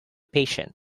patient